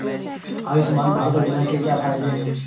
आयुष्मान भारत योजना के क्या फायदे हैं?